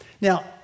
Now